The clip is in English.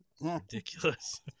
Ridiculous